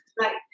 right